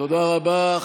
תודה רבה.